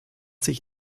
sich